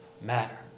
matter